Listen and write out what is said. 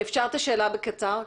סליחה, את השאלה בקצר?